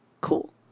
Cool